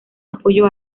apoyo